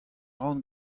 ran